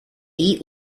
eat